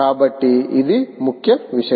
కాబట్టి ఇది ముఖ్య విషయం